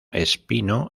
espino